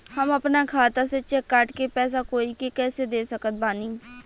हम अपना खाता से चेक काट के पैसा कोई के कैसे दे सकत बानी?